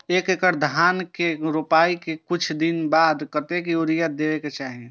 एक एकड़ धान के रोपाई के कुछ दिन बाद कतेक यूरिया दे के चाही?